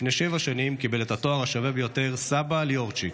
לפני שבע שנים קיבל את התואר השווה ביותר: סבא ליאורצ'יק.